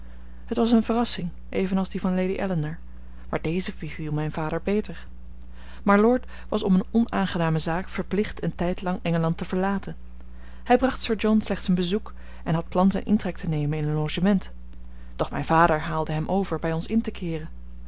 het was eene verrassing evenals die van lady ellinor maar deze beviel mijn vader beter mylord was om eene onaangename zaak verplicht een tijdlang engeland te verlaten hij bracht sir john slechts een bezoek en had plan zijn intrek te nemen in een logement doch mijn vader haalde hem over bij ons in te keeren